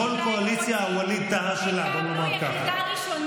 לכל קואליציה ווליד טאהא שלה,